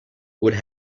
would